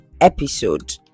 episode